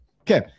Okay